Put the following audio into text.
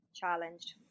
challenged